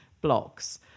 blocks